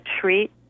treat